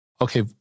Okay